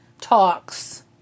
talks